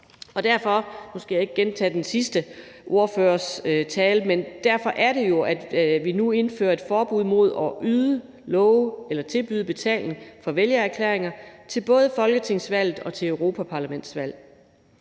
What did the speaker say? det er jo derfor, vi nu indfører et forbud mod at yde, love eller tilbyde betaling for vælgererklæringer til både folketingsvalget og europaparlamentsvalget,